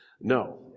No